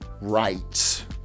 rights